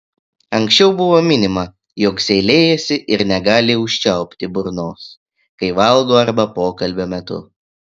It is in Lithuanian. anksčiau buvo minima jog seilėjasi ir negali užčiaupti burnos kai valgo arba pokalbio metu